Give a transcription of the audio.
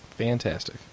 Fantastic